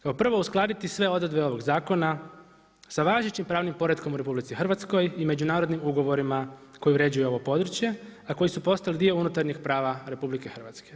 Kao prvo uskladiti sve odredbe ovog zakona sa važećim pravnim poretkom u RH i međunarodnim ugovorima koji uređuju ovo područje, a koji su postali dio unutarnjeg prava RH.